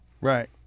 Right